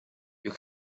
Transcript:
you